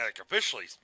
officially